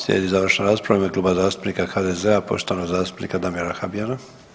Slijedi završna rasprava u ime Kluba zastupnika HDZ-a poštovanog zastupnika Damira Habijana.